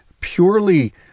purely